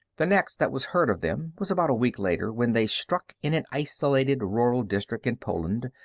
the next that was heard of them was about a week later, when they struck in an isolated rural district in poland,